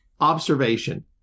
observation